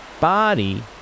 body